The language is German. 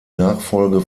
nachfolge